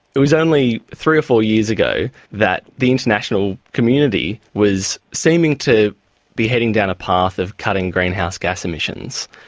it was only three or four years ago that the international community was seeming to be heading down a path of cutting greenhouse gas emissions.